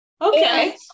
Okay